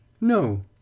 No